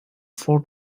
four